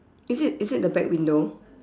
is it is it the back window